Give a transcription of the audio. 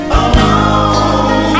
alone